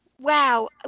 wow